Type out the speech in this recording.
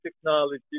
technology